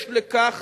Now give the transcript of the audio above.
יש לכך